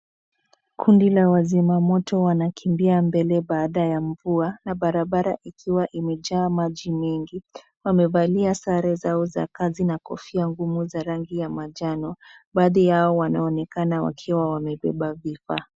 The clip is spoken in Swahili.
Kundi la wazima moto wanakimbia mbele baada ya mvua na barabara ikiwa imejaa maji mengi. Wamevalia sare zao za kazi na kofia ngumu za rangi ya manjano. Baadhi yao wanaonekana wakiwa wameba vifaa.